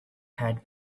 had